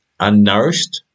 unnourished